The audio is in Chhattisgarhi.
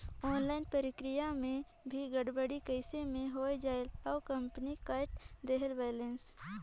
ऑनलाइन प्रक्रिया मे भी गड़बड़ी कइसे मे हो जायेल और कंपनी काट देहेल बैलेंस?